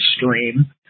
stream